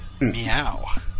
Meow